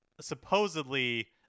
supposedly